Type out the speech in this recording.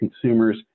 consumers